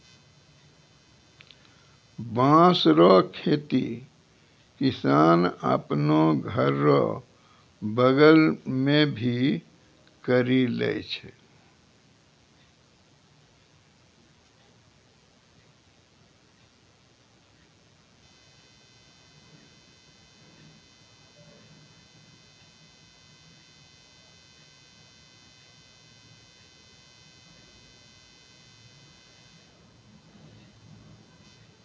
बाँस रो खेती किसान आपनो घर रो बगल मे भी करि लै छै